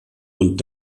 und